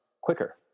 quicker